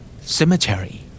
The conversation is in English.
Cemetery